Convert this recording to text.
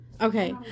Okay